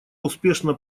успешно